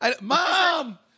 Mom